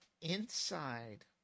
inside